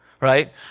right